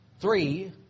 Three